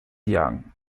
young